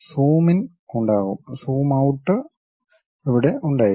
zoom in ഉണ്ടാകും zoom out ഇവിടെ ഉണ്ടായിരിക്കും